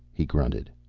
he grunted.